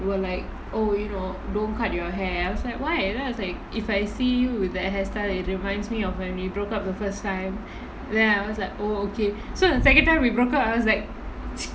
we were like oh you know don't cut your hair I was like why then I was like if I see with that hairstyle it reminds me of when we broke up the first time then I was like oh okay so the second time we broke up I was like